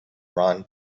ron